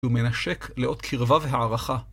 הוא מנשק לאות קרבה והערכה.